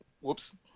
Whoops